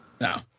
No